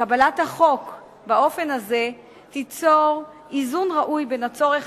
קבלת החוק באופן הזה תיצור איזון ראוי בין הצורך